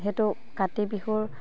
যিহেতু কাতি বিহুৰ